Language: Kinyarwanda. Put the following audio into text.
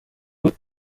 niko